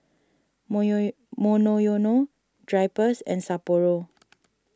Monoyono Drypers and Sapporo